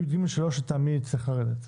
(יג3) לטעמי יצטרך לרדת.